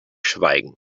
schweigen